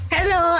Hello